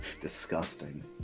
Disgusting